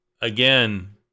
again